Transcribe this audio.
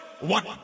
one